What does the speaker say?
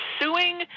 suing